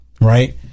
right